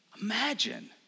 Imagine